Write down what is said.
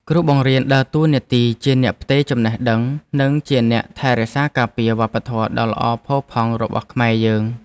គ្រូបង្រៀនដើរតួនាទីជាអ្នកផ្ទេរចំណេះដឹងនិងជាអ្នកថែរក្សាការពារវប្បធម៌ដ៏ល្អផូរផង់របស់ខ្មែរយើង។